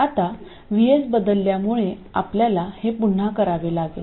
आता VS बदलल्यामुळे आपल्याला हे पुन्हा करावे लागेल